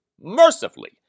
mercifully